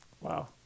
Wow